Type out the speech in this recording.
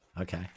okay